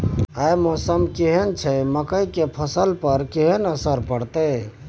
आय मौसम केहन छै मकई के फसल पर केहन असर परतै?